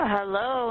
Hello